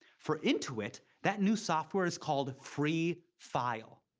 for intuit, that new software is called free file.